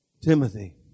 Timothy